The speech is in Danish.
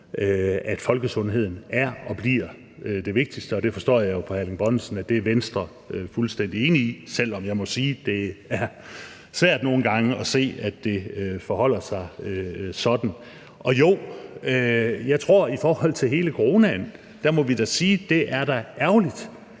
at folkesundheden er og bliver det vigtigste. Det forstår jeg jo på hr. Erling Bonnesen at Venstre er fuldstændig enig i, selv om jeg må sige, at det nogle gange er svært at se, at det forholder sig sådan. Og jo, jeg tror, at vi i forhold til hele coronasituationen da må sige, at det da er ærgerligt,